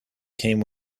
came